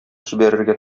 җибәрергә